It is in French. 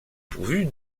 pourvu